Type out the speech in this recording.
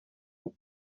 aux